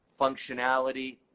functionality